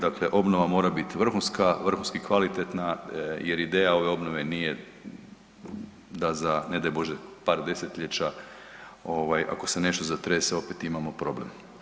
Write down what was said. Dakle, obnova mora biti vrhunska, vrhunski kvalitetna jer ideja ove obnove nije da za ne daj Bože par desetljeća, ako se nešto zatrese opet, imamo problem.